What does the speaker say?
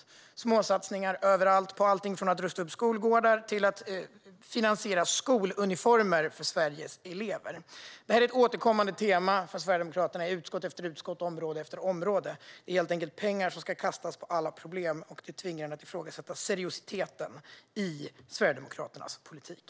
Det är småsatsningar överallt, på alltifrån att rusta upp skolgårdar till att finansiera skoluniformer till Sveriges elever. Detta är ett återkommande tema från Sverigedemokraterna, i utskott efter utskott och på område efter område: Pengar ska kastas på alla problem, helt enkelt. Det tvingar mig att ifrågasätta seriositeten i Sverigedemokraternas politik.